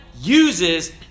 uses